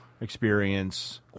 experience